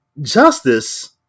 justice